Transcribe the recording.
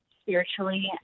spiritually